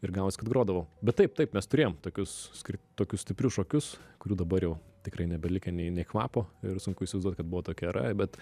ir gavosi kad grodavau bet taip taip mes turėjom tokius skri tokius stiprius šokius kurių dabar jau tikrai nebelikę nei nei kvapo ir sunku įsivaizduot kad buvo tokia era bet